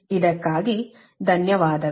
ಇದಕ್ಕಾಗಿ ಧನ್ಯವಾದಗಳು